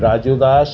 Raju Das